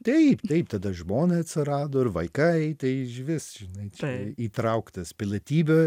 taip taip tada žmona atsirado ir vaikai tai išvis žinai čia įtrauktas pilietybę